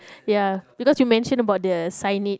ya because you mentioned about the signage